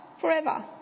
forever